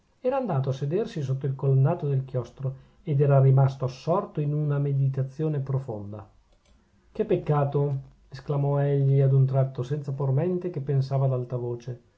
era andato a sedersi sotto il colonnato del chiostro ed era rimasto assorto in una meditazione profonda che peccato esclamò egli ad un tratto senza por mente che pensava ad alta voce